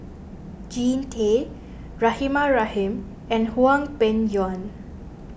Jean Tay Rahimah Rahim and Hwang Peng Yuan